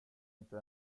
inte